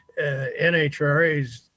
NHRAs